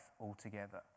altogether